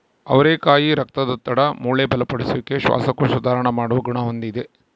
ಅವರೆಕಾಯಿ ರಕ್ತದೊತ್ತಡ, ಮೂಳೆ ಬಲಪಡಿಸುವಿಕೆ, ಶ್ವಾಸಕೋಶ ಸುಧಾರಣ ಮಾಡುವ ಗುಣ ಹೊಂದಿದೆ